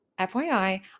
FYI